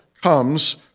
comes